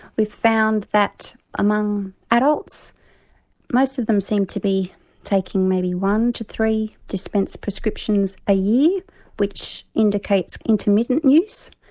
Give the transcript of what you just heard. we found that among adults most of them seem to be taking maybe one to three dispense prescriptions a year which indicates intermittent use.